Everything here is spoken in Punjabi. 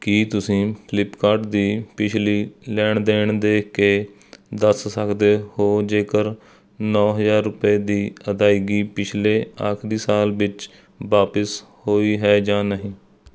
ਕੀ ਤੁਸੀਂਂ ਫਲਿੱਪਕਾਰਟ ਦੇ ਪਿਛਲੀ ਲੈਣ ਦੇਣ ਦੇਖ ਕੇ ਦੱਸ ਸਕਦੇ ਹੋ ਜੇਕਰ ਨੌ ਹਜ਼ਾਰ ਰੁਪਏ ਦੀ ਅਦਾਇਗੀ ਪਿਛਲੇ ਆਖਰੀ ਸਾਲ ਵਿੱਚ ਵਾਪਸ ਹੋਈ ਹੈ ਜਾਂ ਨਹੀਂ